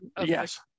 Yes